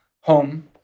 home